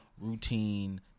routine